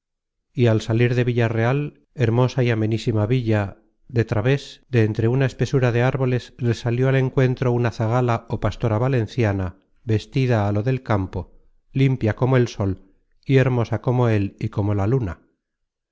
y al salir de villareal hermosa y amenísima villa de traves de entre una espesura de árboles les salió al encuentro una zagala o pastora valenciana vestida á lo del campo limpia como el sol y hermosa como él y como la luna